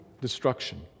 destruction